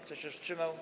Kto się wstrzymał?